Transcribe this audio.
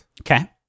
Okay